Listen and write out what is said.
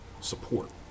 support